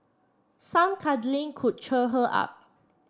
some cuddling could cheer her up